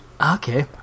okay